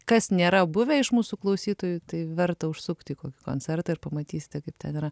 kas nėra buvę iš mūsų klausytojų tai verta užsukti į kokį koncertą ir pamatysite kaip ten yra